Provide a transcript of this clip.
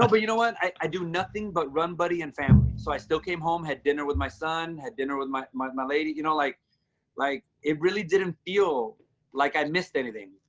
ah but you know what, i do nothing but run buddy and family. so i still came home, had dinner with my son, had dinner with my my lady, you know, like like it really didn't feel like i missed anything.